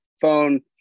phone